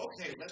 okay